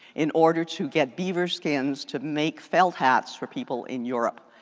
in order to get beaver skins to make felt hats for people in europe.